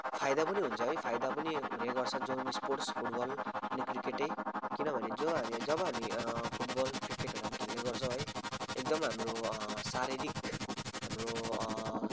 फाइदा पनि हुन्छ है फाइदा पनि हुने गर्छन् जुन स्पोर्ट्स फुटबल अनि क्रिकेट है किनभने जो हामी जब हामी फुटबल क्रिकेटहरू हामी खेल्ने गर्छौँ है एकदमै हाम्रो शारीरिक हाम्रो